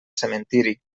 cementiri